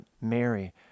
Mary